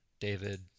David